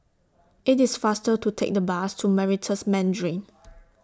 IT IS faster to Take The Bus to Meritus Mandarin